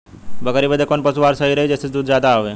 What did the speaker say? बकरी बदे कवन पशु आहार सही रही जेसे दूध ज्यादा होवे?